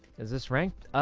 is this ranked?